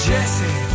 Jesse